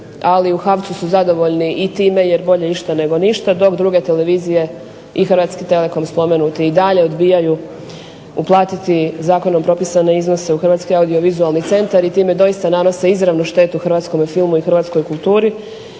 ali u HABS-u su zadovoljni time jer bolje išta nego ništa, dok druge televizije i Hrvatski telekom spomenuti i dalje odbijaju uplatiti Zakonom propisane iznose u Hrvatski audiovizualni centar i time doista nanose izravnu štetu Hrvatskom filmu i kulturi,